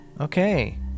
okay